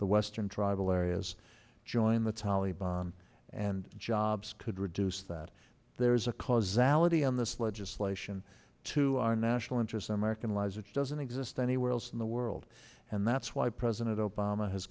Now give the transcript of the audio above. the western tribal areas join the taliban and jobs could reduce that there is a causality on this legislation to our national interests american lives it doesn't exist anywhere else in the world and that's why president obama has